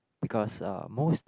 because uh most